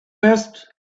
best